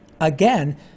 again